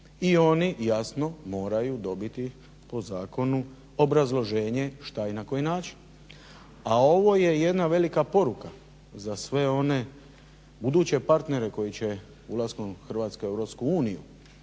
i oni jasno moraju dobiti po zakonu obrazloženje što i na koji način. A ovo je jedna velika poruka za sve one buduće partnere koji će ulaskom Hrvatske u EU